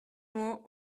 nur